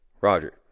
Roger